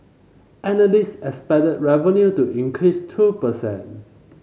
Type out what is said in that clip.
analyst expected revenue to increase two per cent